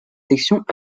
sections